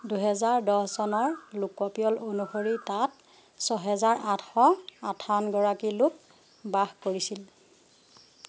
দুহেজাৰ দছ চনৰ লোকপিয়ল অনুসৰি তাত ছহেজাৰ আঠশ আঠাৱন গৰাকী লোক বাস কৰিছিল